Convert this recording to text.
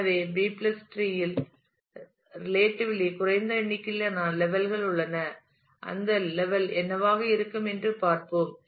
எனவே B tree tree இல் relatively குறைந்த எண்ணிக்கையிலான லெவல் கள் உள்ளன அந்த லெவல் என்னவாக இருக்கும் என்று பார்ப்போம்